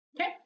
Okay